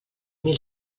mil